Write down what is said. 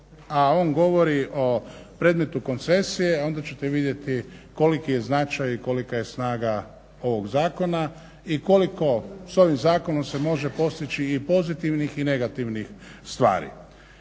a on govori o predmetu koncesije onda ćete vidjeti koliki je značaj i kolika je snaga ovog zakona i koliko se s ovim zakonom može postići i pozitivnih i negativnih stvari.